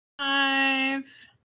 Five